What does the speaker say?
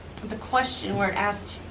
the question where it asked,